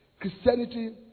Christianity